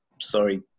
sorry